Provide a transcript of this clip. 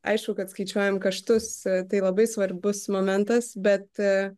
aišku kad skaičiuojam kaštus tai labai svarbus momentas bet